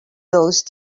those